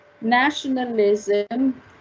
nationalism